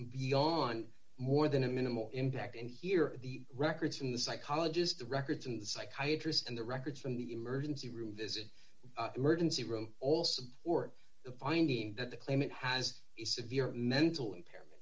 beyond more than a minimal impact and here the records from the psychologist the records in the psychiatry and the records from the emergency room visit emergency room all support the finding that the claimant has severe mental impairment